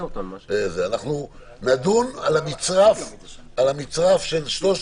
נדון על המצרף של שלוש